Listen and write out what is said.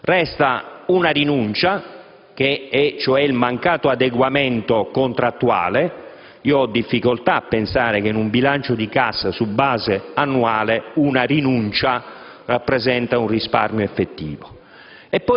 Resta una rinuncia che è il mancato adeguamento contrattuale. Io ho difficoltà a pensare che in un bilancio di cassa su base annuale una rinuncia rappresenti un risparmio effettivo.